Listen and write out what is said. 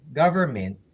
government